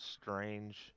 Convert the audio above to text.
Strange